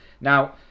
Now